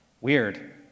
Weird